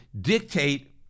dictate